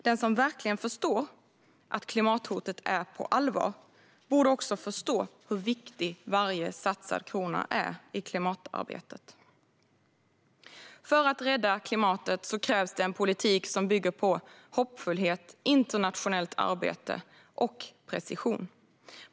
Den som verkligen förstår att klimathotet är på allvar borde också förstå hur viktig varje satsad krona är i klimatarbetet. För att rädda klimatet krävs en politik som bygger på hoppfullhet, internationellt arbete och precision.